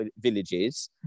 villages